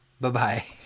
bye-bye